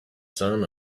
son